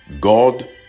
god